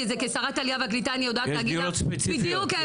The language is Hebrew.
כשרת העלייה והקליטה אני יכולה להגיד לך בדיוק איפה.